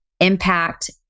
impact